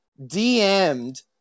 DM'd